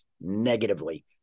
negatively